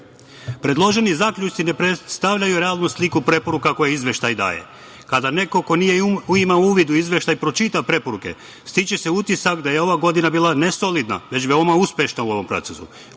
EU.Predloženi zaključci ne predstavljaju realnu sliku preporuka koje izveštaj daje. Kada neko ko ima uvid u izveštaj pročita preporuke stiče se utisak da je ova godina bila ne solidna, već veoma uspešna u ovom procesu.